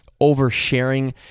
oversharing